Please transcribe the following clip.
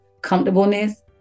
comfortableness